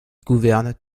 gouverne